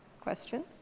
Question